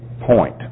point